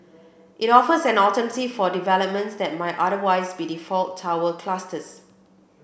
it offers an alternative for developments that might otherwise be default tower clusters